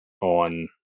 On